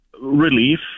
Relief